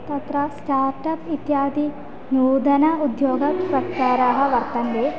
तत्र स्टार्टप् इत्यादि नूतनं उद्योगप्रकाराः वर्तन्ते